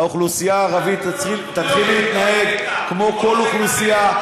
האוכלוסייה הערבית תתחיל להתנהג כמו כל אוכלוסייה.